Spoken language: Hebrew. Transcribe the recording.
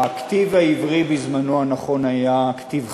הכתיב העברי הנכון בזמנו היה כתיב חסר,